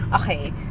Okay